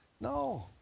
No